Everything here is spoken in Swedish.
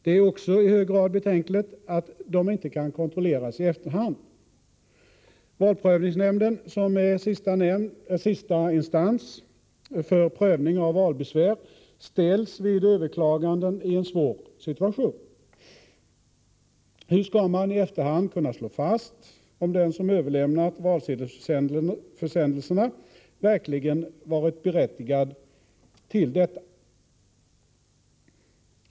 Det är också i hög grad betänkligt att de inte kan kontrolleras i efterhand. Valprövningsnämnden, som är sista instans för prövning av valbesvär, ställs vid överklaganden i en svår situation. Hur skall man i efterhand kunna slå fast om den som överlämnat valsedelsförsändelserna verkligen varit berättigad till detta?